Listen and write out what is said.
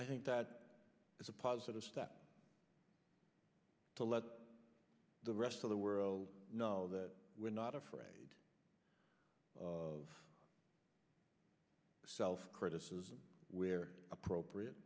i think that is a positive step to let the rest of the world know that we're not afraid of self criticism where appropriate